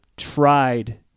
tried